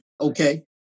okay